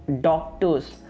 doctors